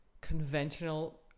conventional